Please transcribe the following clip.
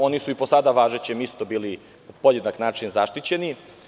Oni su i po sada važećem zakonu isto bili na podjednak način zaštićeni.